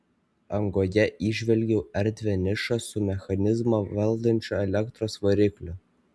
angoje įžvelgiau erdvią nišą su mechanizmą valdančiu elektros varikliu